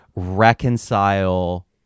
reconcile